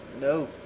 no